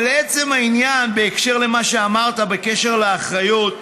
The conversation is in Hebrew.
אבל לעצם העניין, בהקשר של מה שאמרת בקשר לאחריות,